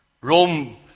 Rome